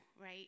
right